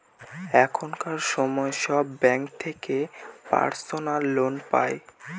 এখনকার সময় সব ব্যাঙ্ক থেকে পার্সোনাল লোন পাই